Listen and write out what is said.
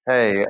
Hey